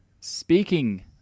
speaking